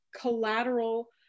collateral